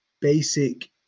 basic